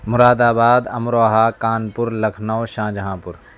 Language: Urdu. مراد آباد امروہہ کانپور لکھنؤ شاہجہاں پور